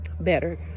better